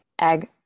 egg